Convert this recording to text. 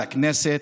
לכנסת,